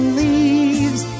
leaves